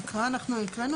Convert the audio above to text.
הקראנו